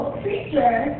creature